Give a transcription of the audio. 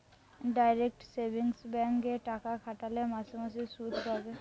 direct savings bank এ টাকা খাটালে মাসে মাসে শুধ পাবে